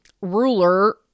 ruler